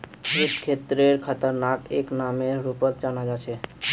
वित्त क्षेत्रत खतराक एक नामेर रूपत जाना जा छे